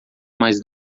mais